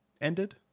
ended